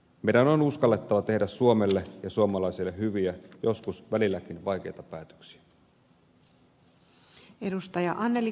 meidän on uskallettava tehdä suomelle ja suomalaisille hyviä joskus välillä vaikeitakin päätöksiä